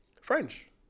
French